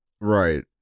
right